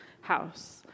house